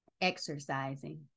exercising